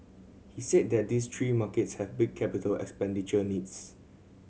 he said that these three markets have big capital expenditure needs